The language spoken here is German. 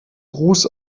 ruß